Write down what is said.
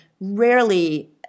rarely